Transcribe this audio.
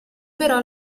però